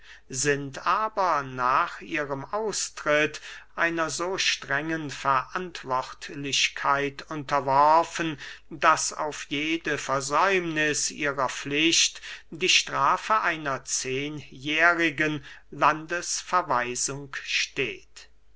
sind aber nach ihrem austritt einer so strengen verantwortlichkeit unterworfen daß auf jede versäumniß ihrer pflicht die strafe einer zehenjährigen landesverweisung steht